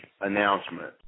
announcement